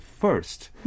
first